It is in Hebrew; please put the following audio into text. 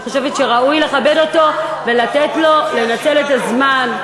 אני חושבת שראוי לכבד אותו ולתת לו לנצל את הזמן.